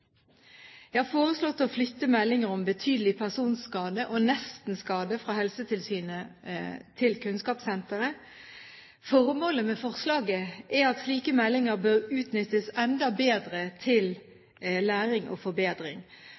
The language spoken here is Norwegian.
Jeg har foreslått å flytte meldinger om betydelig personskade, og nestenskade, fra Helsetilsynet til Kunnskapssenteret. Formålet med forslaget er at slike meldinger bør utnyttes enda bedre til læring og forbedring.